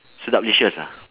sedaplicious ah